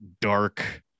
dark